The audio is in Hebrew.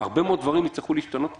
אבל הרבה מאוד דברים יצטרכו להשתנות פה.